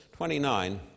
29